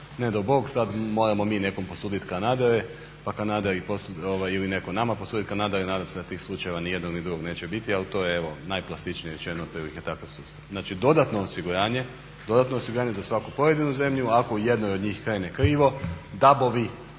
ne do Bog, sad moramo mi nekom posuditi kanadere, pa kanaderi, ili netko nama posudit kanadere i nadam se da tih slučajeva ni jednog ni drugog neće biti, ali to je evo najplastičnije rečeno otprilike takav sustav. Znači dodatno osiguranje za svaku pojedinu zemlju, a ako jednoj od njih krene krivo DAB-ovi